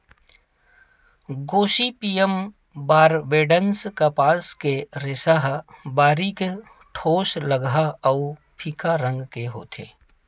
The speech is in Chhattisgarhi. गोसिपीयम बारबेडॅन्स कपास के रेसा ह बारीक, ठोसलगहा अउ फीक्का रंग के होथे